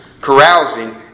carousing